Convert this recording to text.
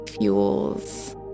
fuels